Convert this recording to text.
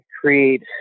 create